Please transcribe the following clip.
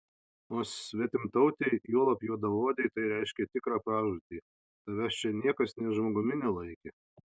o svetimtautei juolab juodaodei tai reiškė tikrą pražūtį tavęs čia niekas nė žmogumi nelaikė